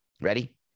Ready